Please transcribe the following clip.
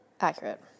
Accurate